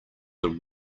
than